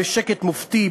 בשקט מופתי,